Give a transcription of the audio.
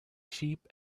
sheep